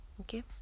Okay